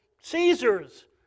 Caesars